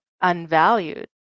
unvalued